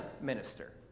minister